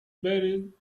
buried